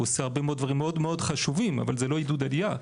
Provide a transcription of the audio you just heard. הוא עושה הרבה דברים מאוד מאוד חשובים אבל זה לא עידוד עלייה.